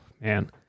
Man